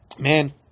man